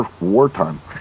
wartime